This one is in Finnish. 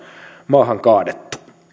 maahan kaadettu